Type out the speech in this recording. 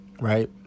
right